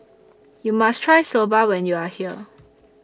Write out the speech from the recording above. YOU must Try Soba when YOU Are here